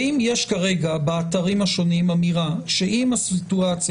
האם יש כרגע באתרים השונים אמירה שאם הסיטואציה